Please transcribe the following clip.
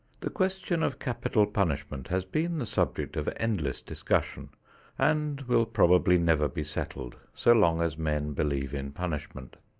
the question of capital punishment has been the subject of endless discussion and will probably never be settled so long as men believe in punishment.